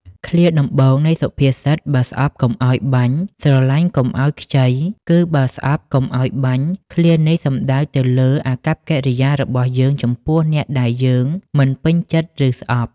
ឃ្លាដំបូងនៃសុភាសិត "បើស្អប់កុំឲ្យបាញ់ ស្រឡាញ់កុំឲ្យខ្ចី" គឺ "បើស្អប់កុំឲ្យបាញ់" ឃ្លានេះសំដៅទៅលើអាកប្បកិរិយារបស់យើងចំពោះអ្នកដែលយើងមិនពេញចិត្ត ឬស្អប់។